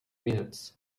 minutes